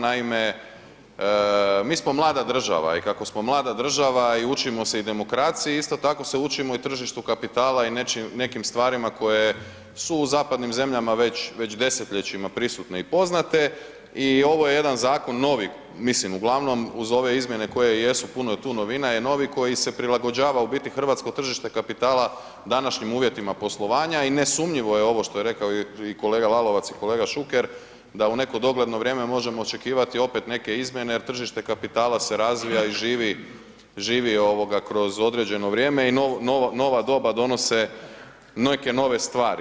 Naime, mi smo mlada država i kako smo mlada država i učimo se i demokraciji, isto tako se učimo i tržištu kapitala i nekim stvarima koje su zapadnim zemljama već, već desetljećima prisutne i poznate i ovo je jedan zakon novi, mislim uglavnom uz ove izmjene koje jesu, puno je tu novina, je novi koji se prilagođavao u biti hrvatsko tržište kapitala današnjim uvjetima poslovanja i nesumnjivo je ovo što je rekao kolega Lalovac i kolega Šuker da u neko dogledno vrijeme možemo očekivati opet neke izmjene jer tržište kapitala se razvija i živi, živi ovoga kroz određeno vrijeme i nova doba donose neke nove stvari.